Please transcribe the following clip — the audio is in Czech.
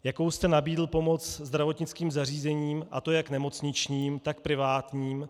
Jakou jste nabídl pomoc zdravotnickým zařízením, a to jak nemocničním, tak privátním?